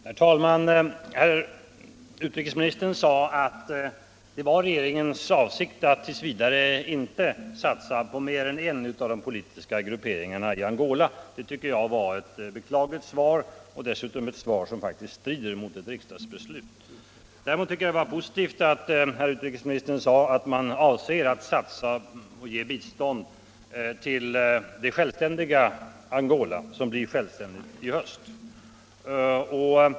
Herr talman! Herr utrikesministern sade att det var regeringens avsikt att t. v. inte satsa på mer än en av de politiska grupperingarna i Angola. Det var ett beklagligt svar, tycker jag. Dessutom strider det faktiskt mot ett riksdagsbeslut från förra året. Däremot tycker jag att det var positivt att herr utrikesministern sade att man avser att ge bistånd till det Angola som blir självständigt i höst.